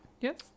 yes